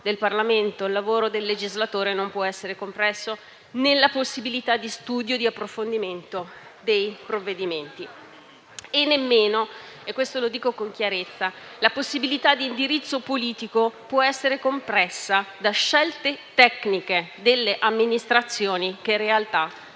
Parlamento e del legislatore non può essere compresso nella possibilità di studio e di approfondimento dei provvedimenti. Affermo inoltre con chiarezza che nemmeno la possibilità di indirizzo politico può essere compressa da scelte tecniche delle amministrazioni che, in realtà,